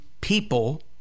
people